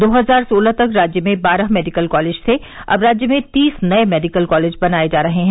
दो हजार सोलह तक राज्य में बारह मेडिकल कॉलेज थे अब राज्य में तीस नए मेडिकल कॉलेज बनाए जा रहे हैं